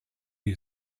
you